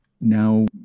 now